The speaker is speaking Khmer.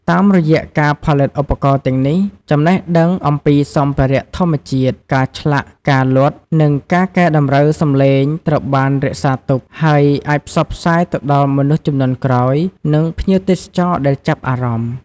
តាមរយៈការផលិតឧបករណ៍ទាំងនេះ ចំណេះដឹងអំពីសម្ភារៈធម្មជាតិ ការឆ្លាក់ ការលត់ និងការកែតម្រូវសម្លេងត្រូវបានរក្សាទុក ហើយអាចផ្សព្វផ្សាយទៅដល់មនុស្សជំនាន់ក្រោយ និងភ្ញៀវបរទេសដែលចាប់អារម្មណ៍។